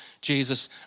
Jesus